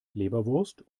leberwurst